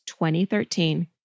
2013